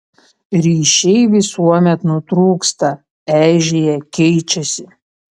ryšiai visuomet nutrūksta eižėja keičiasi